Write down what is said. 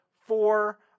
four